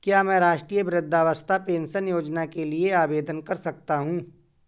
क्या मैं राष्ट्रीय वृद्धावस्था पेंशन योजना के लिए आवेदन कर सकता हूँ?